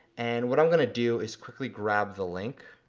and what i'm gonna do is quickly grab the link,